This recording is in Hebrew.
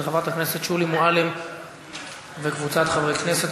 של חברת הכנסת שולי מועלם-רפאלי וקבוצת חברי הכנסת.